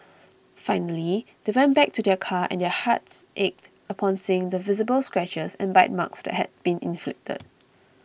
finally they went back to their car and their hearts ached upon seeing the visible scratches and bite marks that had been inflicted